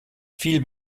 viel